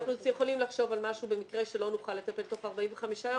אנחנו יכולים לחשוב על משהו במקרה שלא נוכל לתת להם תוך 45 ימים.